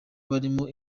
barimo